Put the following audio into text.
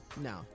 no